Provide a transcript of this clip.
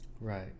right